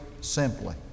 simply